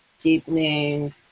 deepening